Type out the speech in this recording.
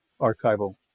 archival